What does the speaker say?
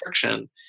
friction